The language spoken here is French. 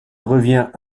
revient